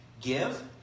give